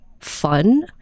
fun